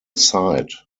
sight